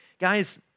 Guys